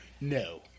No